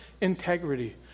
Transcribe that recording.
integrity